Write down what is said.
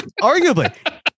Arguably